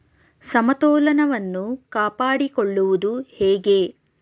ಸಮತೋಲನವನ್ನು ಕಾಪಾಡಿಕೊಳ್ಳುವುದು ಹೇಗೆ?